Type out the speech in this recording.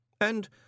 And